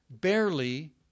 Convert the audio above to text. barely